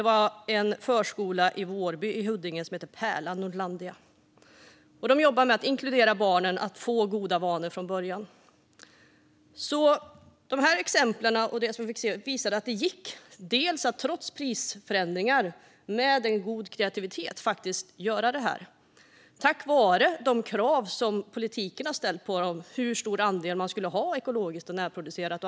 Här jobbar man med att ge barnen goda vanor från början. Dessa exempel visar att man trots prisökningar kunde hålla sig inom budgetramarna tack vare god kreativitet och krav från politiken på hög andel ekologiskt och närproducerat.